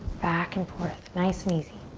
back and forth, nice and easy.